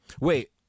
Wait